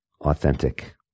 authentic